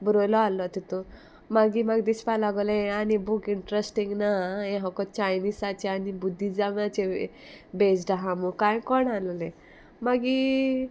बरोयलो आहलो तितू मागी म्हाका दिसपा लागोलें हें आनी बूक इंट्रस्टींग ना आं हें हो चायिसाचें आनी बुद्धीजमाचें बेज्ड आहा मुगो कांय कोणा आल्होलें मागी